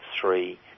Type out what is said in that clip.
three